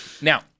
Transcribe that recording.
Now